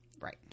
Right